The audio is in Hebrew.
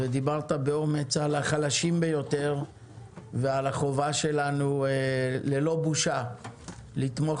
דיברת באומץ על החלשים ביותר ועל החובה שלנו ללא בושה לתמוך